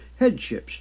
headships